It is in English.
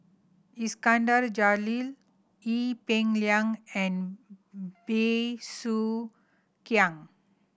Iskandar Jalil Ee Peng Liang and Bey Soo Khiang